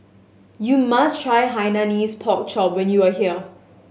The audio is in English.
you must try Hainanese Pork Chop when you are here